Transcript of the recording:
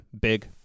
Big